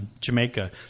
Jamaica